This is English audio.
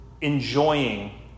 Enjoying